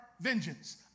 vengeance